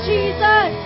Jesus